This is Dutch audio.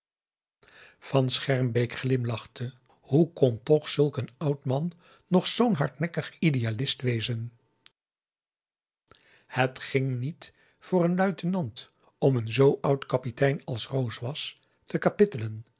van schermbeek glimlachte hoe kon toch zulk een oud man nog zoo'n hardnekkig idealist wezen het ging niet voor een luitenant om een zoo oud kapitein als roos was te kapittelen